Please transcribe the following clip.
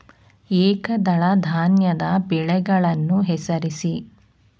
ಏಕದಳ ಧಾನ್ಯದ ಬೆಳೆಗಳನ್ನು ಹೆಸರಿಸಿ?